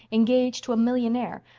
engaged to a millionaire,